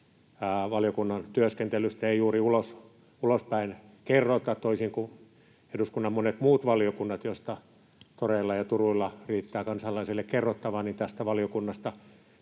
valiokunnan työskentelystä ei juuri ulospäin kerrota. Toisin kuin eduskunnan monista muista valiokunnista, joista toreilla ja turuilla riittää kansalaiselle kerrottavaa, tästä valiokunnasta